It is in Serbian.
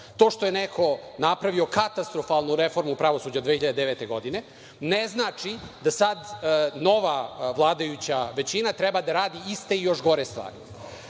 To što je neko napravio katastrofalnu reformu pravosuđa 2009. godine ne znači da sad nova vladajuća većina treba da radi iste i još gore stvari. Struka